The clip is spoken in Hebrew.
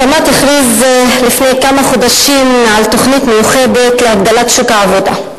התמ"ת הכריז לפני כמה חודשים על תוכנית מיוחדת להגדלת שוק העבודה.